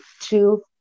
two